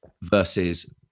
versus